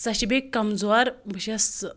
سۄ چھِ بیٚیہِ کمزوٗر بہ چھس